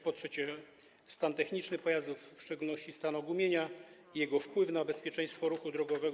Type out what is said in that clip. Po trzecie, stan techniczny pojazdów, w szczególności stan ogumienia i jego wpływ na bezpieczeństwo ruchu drogowego.